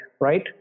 right